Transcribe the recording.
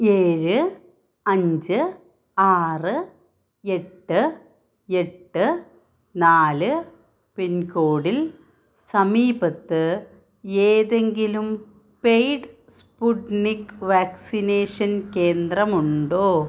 ഏഴ് അഞ്ച് ആറ് എട്ട് എട്ട് നാല് പിൻകോഡിൽ സമീപത്ത് ഏതെങ്കിലും പെയ്ഡ് സ്പുട്നിക് വാക്സിനേഷൻ കേന്ദ്രമുണ്ടോ